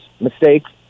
mistakes